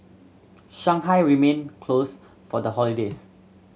Shanghai remained closed for the holidays